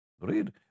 Read